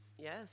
Yes